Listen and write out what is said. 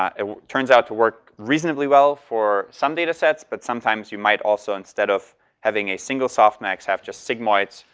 i mean turns out to work reasonably well for some data sets but sometimes you might also instead of having a single softmax have just sigmoids,